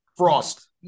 frost